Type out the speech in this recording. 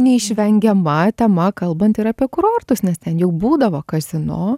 neišvengiama tema kalbant ir apie kurortus nes ten jau būdavo kazino